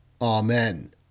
Amen